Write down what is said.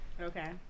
Okay